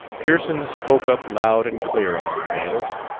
pearson spoke up loud and clear among the males.